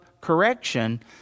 correction